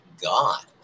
God